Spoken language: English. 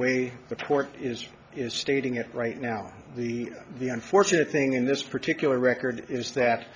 way the court is is stating it right now the the unfortunate thing in this particular record is that